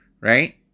Right